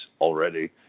already